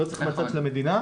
לא מהצד של המדינה,